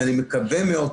ואני מקווה מאוד,